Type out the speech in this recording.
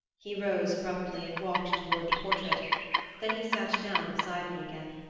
he rose abruptly and walked toward the portrait then he sat down beside me again.